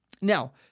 Now